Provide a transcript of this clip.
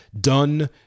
done